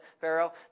Pharaoh